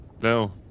No